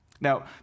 Now